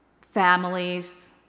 families